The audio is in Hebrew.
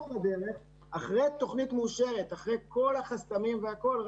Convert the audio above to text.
אחרי תוכנית מאושרת ואחרי כל החסמים והכול,